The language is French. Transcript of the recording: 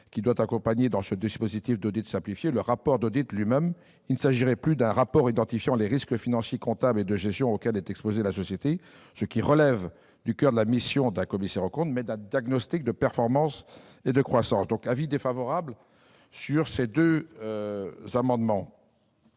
qui doit accompagner, dans ce dispositif d'audit simplifié, le rapport d'audit lui-même : il ne s'agirait plus d'un rapport identifiant les risques financiers, comptables et de gestion auxquels est exposée la société, ce qui relève du coeur de la mission d'un commissaire aux comptes, mais d'un diagnostic de performance et de croissance. L'avis est donc défavorable sur ces deux amendements